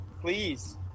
Please